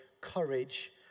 courage